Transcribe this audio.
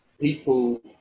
people